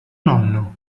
nonno